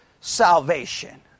salvation